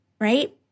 right